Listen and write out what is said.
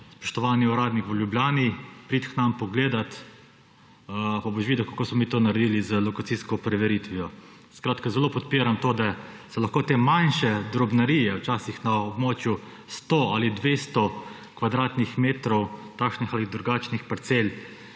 spoštovani uradnik v Ljubljani, pridi k nam pogledat, pa boš videl, kako smo mi to naredili z lokacijsko preveritvijo. Skratka, zelo podpiram to, da se lahko te manjše drobnarije včasih na območju 100 ali 200 kvadratnih metrov takšnih ali drugačnih parcel,